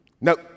No